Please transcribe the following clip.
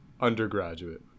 Undergraduate